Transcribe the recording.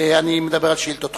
אני מדבר על שאילתות דחופות.